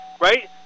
right